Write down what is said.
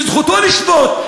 וזכותו לשבות,